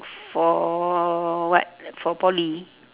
for what for poly